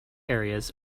areas